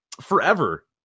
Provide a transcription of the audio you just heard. forever